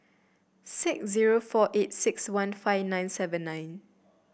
six zero four eight six one five nine seven nine